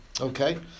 Okay